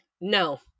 no